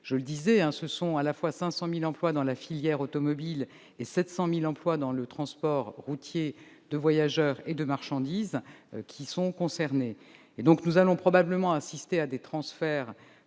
je l'ai dit précédemment, 500 000 emplois dans la filière automobile et 700 000 emplois dans le transport routier de voyageurs et de marchandises sont concernés. Nous allons probablement assister à des transferts